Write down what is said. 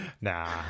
Nah